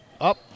up